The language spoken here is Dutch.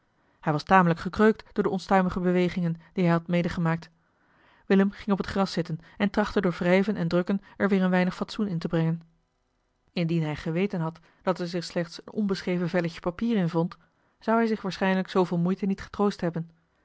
hij was tamelijk gekreukeld door de onstuimige bewegingen die hij had medegemaakt willem ging op het gras zitten en trachtte door wrijven en drukken er weer een weinig fatsoen in te brengen eli heimans willem roda indien hij geweten had dat er zich slechts een onbeschreven velletje papier in bevond zoo hij zich waarschijnlijk zooveel moeite niet getroost bebben